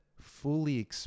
fully